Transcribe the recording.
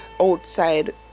outside